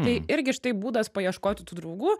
tai irgi štai būdas paieškoti tų draugų